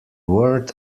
word